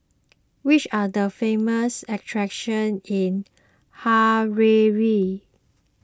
which are the famous attractions in Harare